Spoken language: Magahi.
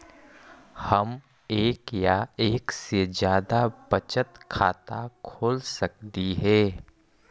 हम एक या एक से जादा बचत खाता खोल सकली हे?